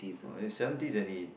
oh seventies and he